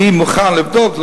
אני מוכן לבדוק,